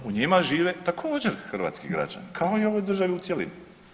U njima žive također hrvatski građani kao i u ovoj državi u cjelini.